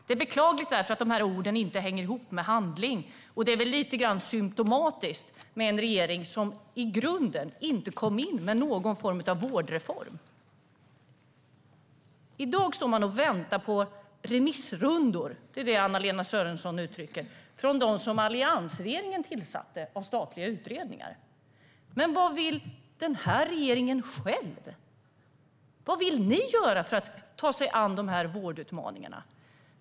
Det är beklagligt att orden inte hänger ihop med handling. Det är väl lite symtomatiskt för en regering som inte kom in med någon form av vårdreform. I dag står man och väntar på remissrundor - det är det AnnaLena Sörenson uttrycker - från de statliga utredningar som alliansregeringen tillsatte. Men vad vill den här regeringen själv? Vad vill ni göra för att ta er an vårdutmaningarna?